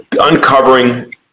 uncovering